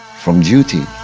from duty